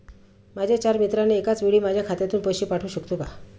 माझ्या चार मित्रांना एकाचवेळी माझ्या खात्यातून पैसे पाठवू शकतो का?